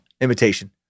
imitation